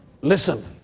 Listen